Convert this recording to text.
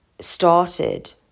started